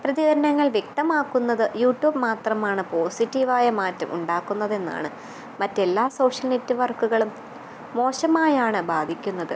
പ്രതികരണങ്ങൾ വ്യക്തമാക്കുന്നത് യൂറ്റൂബ് മാത്രമാണ് പോസിറ്റീവായ മാറ്റം ഉണ്ടാക്കുന്നതെന്നാണ് മറ്റെല്ലാ സോഷ്യൽ നെറ്റ്വർക്കുകളും മോശമായാണ് ബാധിക്കുന്നത്